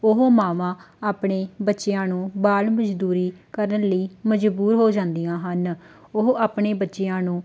ਉਹ ਮਾਵਾਂ ਆਪਣੇ ਬੱਚਿਆਂ ਨੂੰ ਬਾਲ ਮਜ਼ਦੂਰੀ ਕਰਨ ਲਈ ਮਜ਼ਬੂਰ ਹੋ ਜਾਂਦੀਆਂ ਹਨ ਉਹ ਆਪਣੇ ਬੱਚਿਆਂ ਨੂੰ